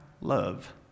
love